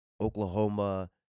Oklahoma